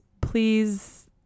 please